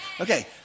Okay